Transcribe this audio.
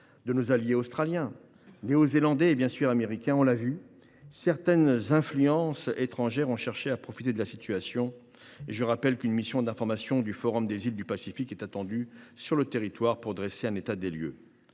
de nos alliés australiens, néo zélandais et bien sûr américains. Nous l’avons constaté, certaines influences étrangères ont cherché à profiter de la situation. Une mission d’information du Forum des îles du Pacifique est du reste attendue sur le territoire pour dresser un état des lieux.